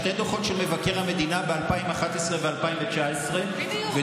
שני דוחות של מבקר המדינה ב-2011 ו-2019 ודוח